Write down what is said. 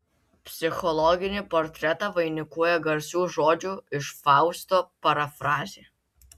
psichologinį portretą vainikuoja garsių žodžių iš fausto parafrazė